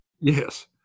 Yes